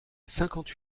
cinquante